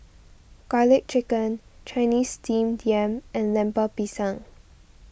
Garlic Chicken Chinese Steamed Yam and Lemper Pisang